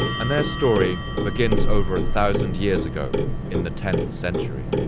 and their story begins over a thousand years ago in the tenth century.